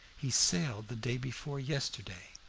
he sailed the day before yesterday.